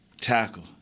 tackle